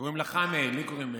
קוראים לך מאיר, גם לי קוראים מאיר.